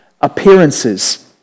appearances